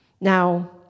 Now